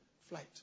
flight